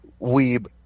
weeb